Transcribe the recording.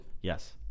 Yes